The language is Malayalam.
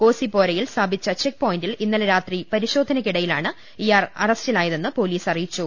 കോസിപ്പോരയിൽ സ്ഥാപിച്ച ചെക്ക് പോയിന്റിൽ ഇന്നലെ രാത്രി പരിശോധനക്കിടയിലാണ് ഇയാൾ അറസ്റ്റിലായതെന്ന് പൊലീസ് അറിയിച്ചു